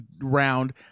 round